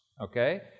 okay